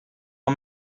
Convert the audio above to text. are